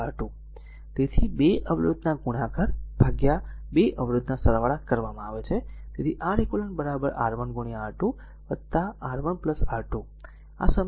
પછી 2 અવરોધના ગુણાકાર ભાગ્યા 2 અવરોધના સરવાળા કરવામાં આવે છે તેથી R eq R1 R2 R1 R2આ સમીકરણ 35 છે